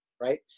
Right